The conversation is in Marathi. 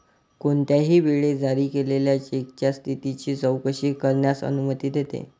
कोणत्याही वेळी जारी केलेल्या चेकच्या स्थितीची चौकशी करण्यास अनुमती देते